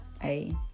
hey